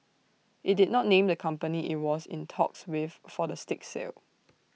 IT did not name the company IT was in talks with for the stake sale